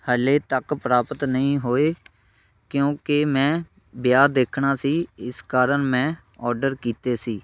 ਹਲੇ ਤੱਕ ਪ੍ਰਾਪਤ ਨਹੀਂ ਹੋਏ ਕਿਉਂਕਿ ਮੈਂ ਵਿਆਹ ਦੇਖਣਾ ਸੀ ਇਸ ਕਾਰਨ ਮੈਂ ਔਡਰ ਕੀਤੇ ਸੀ